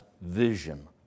vision